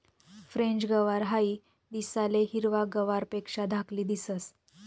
French गवार हाई दिसाले हिरवा गवारपेक्षा धाकली दिसंस